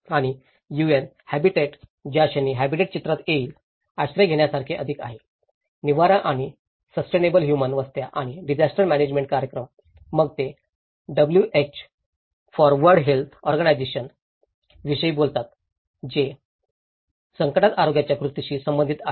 आणि UN habitat ज्या क्षणी हॅबिटॅट चित्रात येईल आश्रय घेण्यासारखे अधिक आहे निवारा आणि सस्टेनेबल ह्यूमन वस्त्या आणि डिजास्टर म्यानेजमेंट कार्यक्रम मग ते WH for world health organisation विषयी बोलतात जे संकटात आरोग्याच्या कृतीशी संबंधित आहे